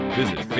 visit